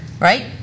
right